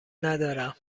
ندارم